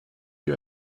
you